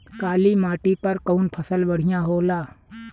काली माटी पर कउन फसल बढ़िया होला?